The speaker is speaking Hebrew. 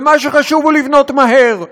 ומה שחשוב הוא לבנות מהר,